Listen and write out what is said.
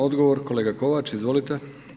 Odgovor kolega Kovač, izvolite.